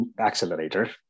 accelerator